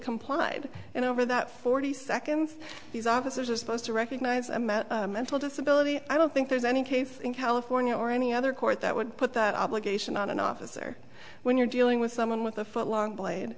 complied and over that forty seconds these officers are supposed to recognize mental disability i don't think there's any case in california or any other court that would put that obligation on an officer when you're dealing with someone with a foot long blade